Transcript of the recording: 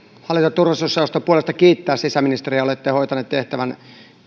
hallinto ja turvallisuusjaoston puolesta kiittää sisäministeriä olette hoitanut tehtävänne